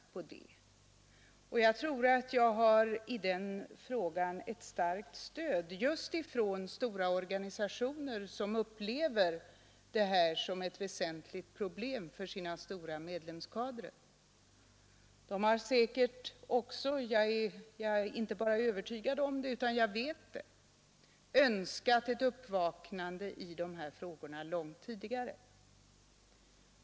Jag tror att jag i detta avseende har ett starkt stöd just från stora organisationer som upplever detta som ett väsentligt problem för sina stora medlemsskaror. De har också det är jag inte bara övertygad om utan jag vet det önskat ett uppvaknande i dessa frågor långt tidigare.